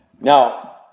Now